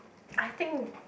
I think